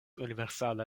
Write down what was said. universala